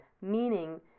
Meaning